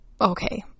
okay